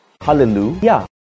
Hallelujah